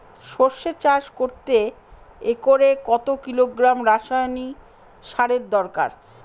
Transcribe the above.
সরষে চাষ করতে একরে কত কিলোগ্রাম রাসায়নি সারের দরকার?